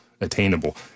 attainable